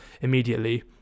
immediately